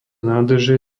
nádrže